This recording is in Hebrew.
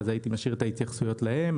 אז הייתי משאיר את ההתייחסויות להם,